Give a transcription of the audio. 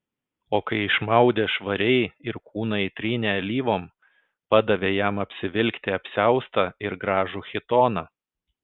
o kai išmaudė švariai ir kūną įtrynė alyvom padavė jam apsivilkti apsiaustą ir gražų chitoną